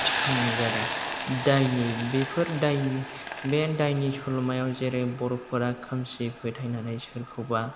थिखांनाय जादों दायनि बेफोर दायनि बे दायनि सल'मायाव जेरै बर'फोरा खोमसि फोथायनानै सोरखौबा